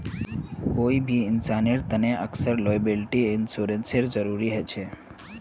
कोई भी इंसानेर तने अक्सर लॉयबिलटी इंश्योरेंसेर जरूरी ह छेक